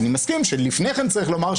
אני מסכים שלפני כן צריך לומר,